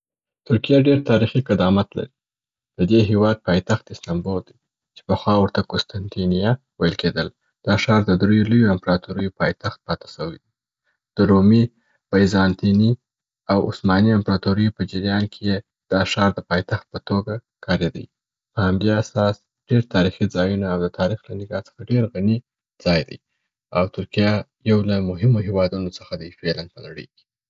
ترکیه ډېر تاریخي قدامت لري. د دې هیواد پایتخت استانبول دی چې پخوا ورته قسطنطینیه ویل کیدل. دا ښار د دریو لویو امپراتوریو پایتخت پاته سوي. د رومي، بیزانتینی، او عثماني امپراتوریو په جریان کي یې دا ښار د پایتخت په توګه کاریدی. په همدې اساس ډېر تاریخي ځایونه او د تاریخ له نګاه څخه ډېر غني ځای دي او ترکیه یو له مهمو هیوادو څخه دی په نړۍ کي.